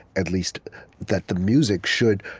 at least that the music should,